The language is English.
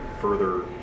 further